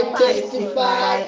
testify